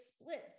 splits